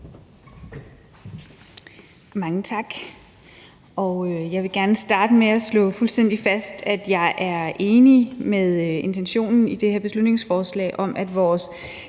Mange tak. Jeg vil gerne starte med at slå fuldstændig fast, at jeg er enig i intentionen i det her beslutningsforslag om, at vores